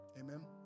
Amen